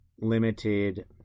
limited